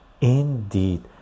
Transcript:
indeed